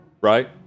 right